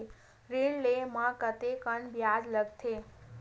ऋण ले म कतेकन ब्याज लगथे?